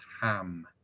Ham